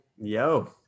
Yo